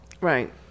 Right